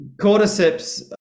cordyceps